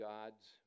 God's